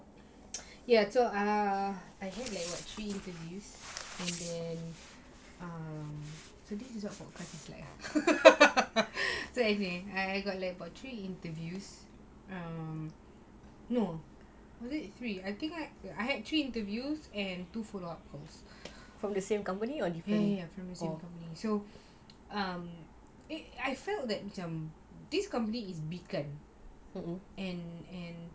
yes so ah I had like three interviews and then um so this is what for it's like so as in I got three interviews err no was it three I think I I had three interviews and two follow up post yes yes yes from the same company so um I felt that macam this company is kan and and